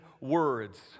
words